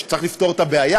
צריך לפתור את הבעיה,